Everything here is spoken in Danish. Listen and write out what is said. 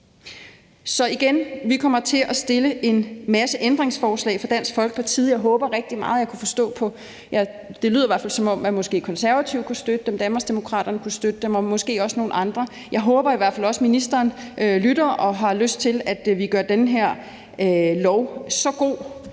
sige, at vi kommer til at stille en masse ændringsforslag fra Dansk Folkepartis side. Jeg håber rigtig meget, og det lyder i hvert fald, som om man måske i Konservative kunne støtte dem, Danmarksdemokraterne kunne støtte dem og måske også nogle andre. Jeg håber i hvert fald også, ministeren lytter og har lyst til, at vi gør den her lov så god,